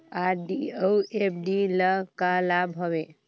RD अऊ FD ल का लाभ हवे?